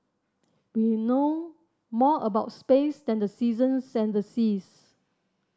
we know more about space than the seasons and the seas